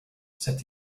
said